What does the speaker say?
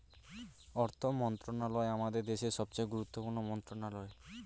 অর্থ মন্ত্রণালয় আমাদের দেশের সবচেয়ে গুরুত্বপূর্ণ মন্ত্রণালয়